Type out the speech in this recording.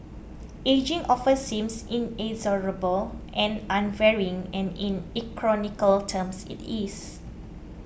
ageing often seems inexorable and unvarying and in E chronical terms it is